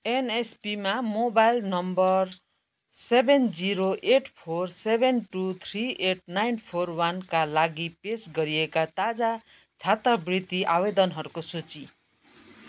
एनएसपीमा mobile number seven zero eight four seven two three eight nine four वानका लागि पेस गरिएका ताजा छात्रवृत्ति आवेदनहरूको सूची